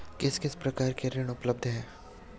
किस किस प्रकार के ऋण उपलब्ध हैं?